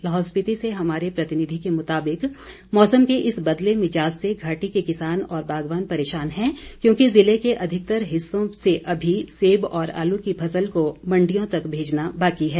लाहौल स्पिति से हमारे प्रतिनिधि के मुताबिक मौमस के इस बदले मिजाज से घाटी के किसान व बागवान परेशान है क्योंकि जिले के अधिकतर हिस्सों से अभी सेब और आलू की फसल को मंडियों तक भेजना बाकी है